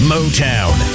Motown